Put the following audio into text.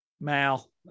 mal